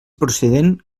procedent